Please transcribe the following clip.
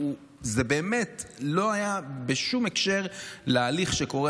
זה באמת לא היה בשום הקשר להליך שקורה